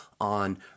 on